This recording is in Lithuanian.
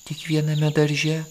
tik viename darže